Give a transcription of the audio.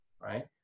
right